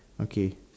okay